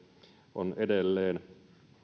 on edelleen